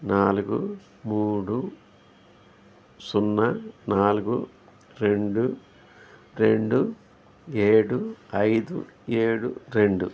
నాలుగు మూడు సున్నా నాలుగు రెండు రెండు ఏడు ఐదు ఏడు రెండు